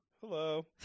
Hello